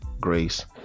grace